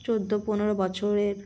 চোদ্দো পনেরো বছরের